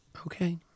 Okay